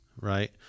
Right